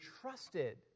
trusted